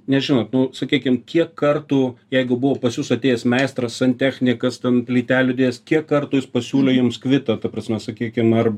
nes žinot nu sakykim kiek kartų jeigu buvo pas jus atėjęs meistras santechnikas ten plytelių dėjėjas kiek kartų jis pasiūlė jums kvitą ta prasme sakykim ar